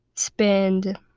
spend